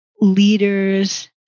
leaders